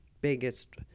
biggest